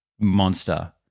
monster